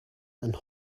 and